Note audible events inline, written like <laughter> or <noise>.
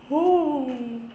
<noise>